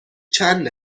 چند